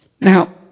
Now